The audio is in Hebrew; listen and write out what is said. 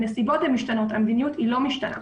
הנסיבות משתנות, המדיניות לא משתנה.